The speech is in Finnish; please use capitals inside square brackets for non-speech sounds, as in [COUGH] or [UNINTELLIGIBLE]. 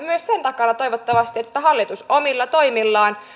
[UNINTELLIGIBLE] myös sen takana että hallitus omilla toimillaan